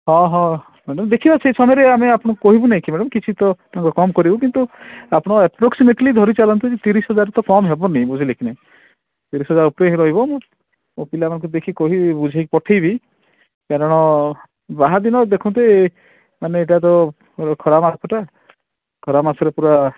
ହଁ ହଁ ମ୍ୟାଡ଼ାମ୍ ଦେଖିବା ସେଇ ସମୟରେ ଆମେ ଆପଣଙ୍କୁ କହିବୁ ନାଇକି ମ୍ୟାଡ଼ାମ୍ କିଛିତ କମ୍ କରିବୁ କିନ୍ତୁ ଆପଣ ଆପ୍ରୋକ୍ସିମେଟିଲି ଧରି ଚଳାନ୍ତୁ ତିରିଶି ହଜାର ତ କମ୍ ହେବନି ବୁଝିଲେ କି ନାଇ ତିରିଶି ହଜାର ଉପରେ ହିଁ ରହିବ ମୋ ପିଲାମାନଙ୍କୁ ଦେଖିକି କହିବି ବୁଝାଇକି ପଠାଇବି କାରଣ ବାହା ଦିନ ଦେଖନ୍ତି ମାନେ ଏଇଟା ଖରାମାସଟା ଖରାମାସରେ ପୁରା